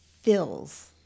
fills